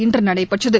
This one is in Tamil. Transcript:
இன்றுநடைபெற்றது